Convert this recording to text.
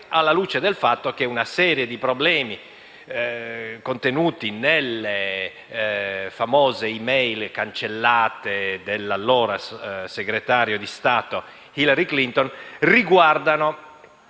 alla luce del fatto che una serie di problemi contenuti nelle famose *e-mail* cancellate dell'allora Segretario di Stato Hillary Clinton riguardano